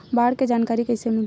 बाढ़ के जानकारी कइसे मिलही?